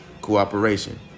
cooperation